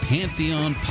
Pantheon